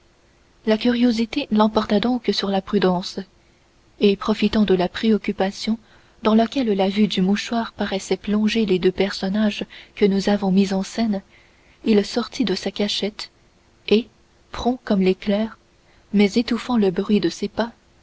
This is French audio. la curiosité l'emporta donc sur la prudence et profitant de la préoccupation dans laquelle la vue du mouchoir paraissait plonger les deux personnages que nous avons mis en scène il sortit de sa cachette et prompt comme l'éclair mais étouffant le bruit de ses pas